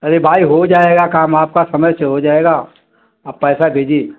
अरे भाई हो जाएगा काम आपका समय से हो जाएगा आप पैसा भेजिए